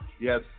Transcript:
Yes